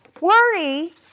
Worry